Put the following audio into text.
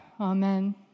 Amen